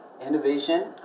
innovation